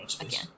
again